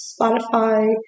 Spotify